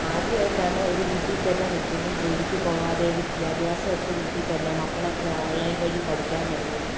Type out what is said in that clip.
ആദ്യമായിട്ടാണ് ഒരു വീട്ടിൽ തന്നെ നിൽക്കുന്നു ജോലിക്ക് പോവാതെ വിദ്യാഭ്യാസം ഒക്കെ വീട്ടിൽ തന്നെ മക്കളൊക്കെ ഓണ്ലൈന് വഴി പഠിക്കാന് തുടങ്ങി